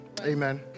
Amen